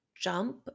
jump